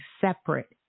separate